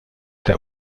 der